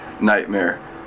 nightmare